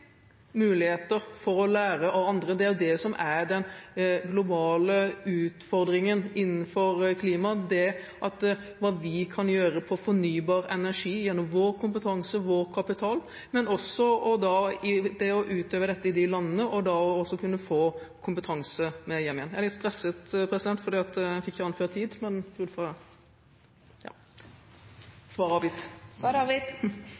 muligheter for å lære av andre. Det er jo det som er den globale utfordringen innenfor klima, hva vi kan gjøre på fornybar energi gjennom vår kompetanse, vår kapital, det å utøve dette i de landene – men da også for å kunne få kompetanse med